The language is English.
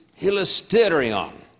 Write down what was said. hilasterion